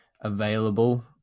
available